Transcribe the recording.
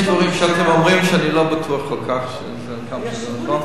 יש דברים שאתם אומרים שאני לא בטוח כל כך כמה זה נכון.